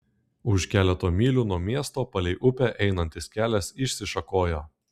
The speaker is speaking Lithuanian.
už keleto mylių nuo miesto palei upę einantis kelias išsišakojo